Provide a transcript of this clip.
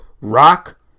rock